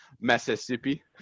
Mississippi